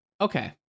okay